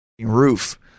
roof